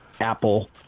Apple